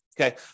Okay